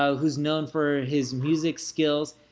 ah who's known for his music skills.